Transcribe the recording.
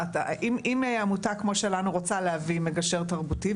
אם עמותה כמו שלנו רוצה להביא מגשר תרבותי,